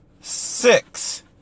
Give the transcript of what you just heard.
Six